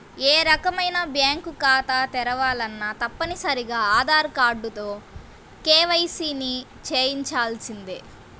ఏ రకమైన బ్యేంకు ఖాతా తెరవాలన్నా తప్పనిసరిగా ఆధార్ కార్డుతో కేవైసీని చెయ్యించాల్సిందే